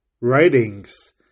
writings